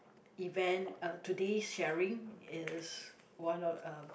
event uh today's sharing is one of uh